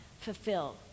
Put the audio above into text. fulfill